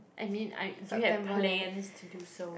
I mean I do you have plans to do so